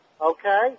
Okay